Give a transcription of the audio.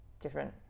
different